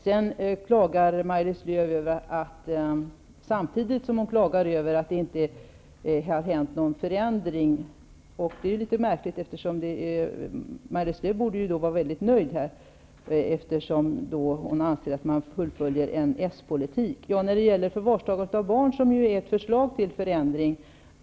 Maj-Lis Lööw klagar över att det inte har blivit någon förändring, och det är ju litet märkligt. Maj Lis Lööw borde väl vara nöjd, eftersom hon anser att det är Socialdemokraternas politik som fullföljs. I fråga om förvarstagande av barn finns det förslag till förändring.